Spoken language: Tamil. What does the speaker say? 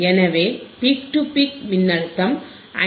எனவே பீக் டு பீக் மின்னழுத்தம் 5